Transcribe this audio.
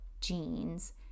genes